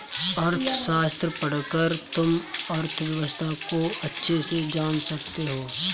अर्थशास्त्र पढ़कर तुम अर्थव्यवस्था को अच्छे से जान सकते हो